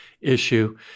issue